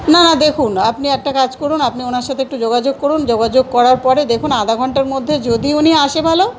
না না দেখুন আপনি একটা কাজ করুন আপনি ওনার সাথে একটু যোগাযোগ করুন যোগাযোগ করার পরে দেখুন আধা ঘন্টার মধ্যে যদি উনি আসে ভালো